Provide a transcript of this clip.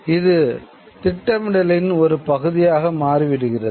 அது திட்டமிடலின் ஒரு பகுதியாக மாறுவிடுகிறது